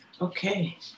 Okay